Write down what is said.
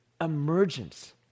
emergence